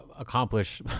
Accomplish